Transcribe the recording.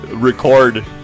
Record